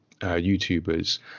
YouTubers